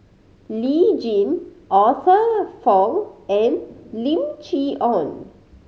Lee Tjin Arthur Fong and Lim Chee Onn